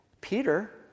Peter